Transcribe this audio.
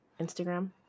Instagram